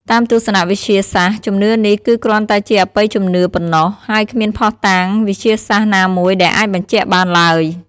តាមទស្សនៈវិទ្យាសាស្ត្រ ជំនឿនេះគឺគ្រាន់តែជាអបិយជំនឿប៉ុណ្ណោះ ហើយគ្មានភស្តុតាងវិទ្យាសាស្ត្រណាមួយដែលអាចបញ្ជាក់បានឡើយ ។